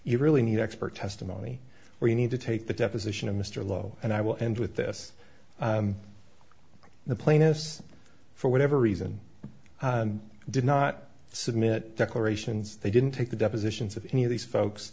you really need expert testimony or you need to take the deposition of mr lowe and i will end with this the plaintiffs for whatever reason did not submit declarations they didn't take the depositions of any of these folks